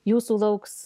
jūsų lauks